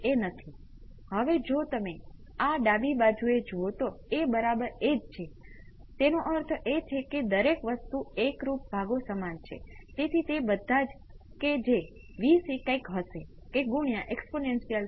તેથી તમારી પાસે હવે એક્સ્પોનેંસિયલ છે જે સરળ છે તમે જાણો છો કે એક્સ્પોનેંસિયલનો સ્ટેડિ સ્ટેટ રિસ્પોન્સ માત્ર અમુક સ્કેલિંગ સાથેનો એક્સ્પોનેંસિયલ છે